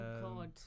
god